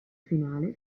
finale